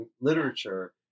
literature